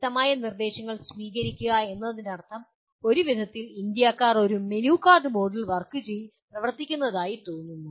വ്യക്തമായ നിർദ്ദേശങ്ങൾ സ്വീകരിക്കുക എന്നതിനർത്ഥം ഒരു വിധത്തിൽ ഇന്ത്യക്കാർ ഒരു മെനു കാർഡ് മോഡിൽ പ്രവർത്തിക്കുന്നതായി തോന്നുന്നു